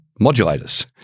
modulators